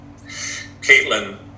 Caitlin